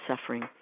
suffering